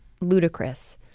ludicrous